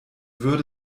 würde